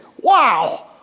Wow